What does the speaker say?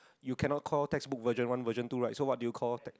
you cannot call textbook version one version two right so what do you call te~